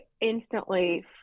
instantly